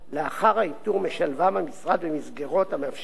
לאחר האיתור המשרד משלבם במסגרות המאפשרות